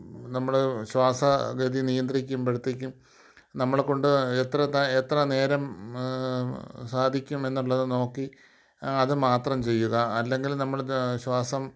നമ്മൾ ശ്വാസഗതി നിയന്ത്രിക്കുമ്പോഴത്തേക്കും നമ്മളെക്കൊണ്ട് എത്രതാ എത്ര നേരം സാധിക്കും എന്നുള്ളത് നോക്കി അത് മാത്രം ചെയ്യുക അല്ലെങ്കിൽ നമ്മൾ അത് ശ്വാസം